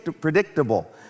predictable